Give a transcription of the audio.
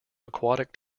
aquatic